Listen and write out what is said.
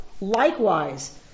likewise